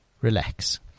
relax